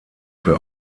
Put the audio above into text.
für